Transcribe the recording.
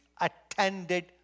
attended